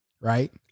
right